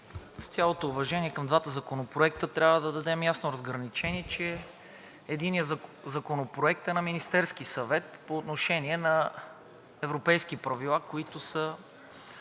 С цялото уважение към двата законопроекта, трябва да дадем ясно разграничение, че единият законопроект е на Министерския съвет по отношение на европейски правила, които са